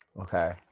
Okay